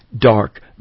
dark